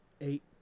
eight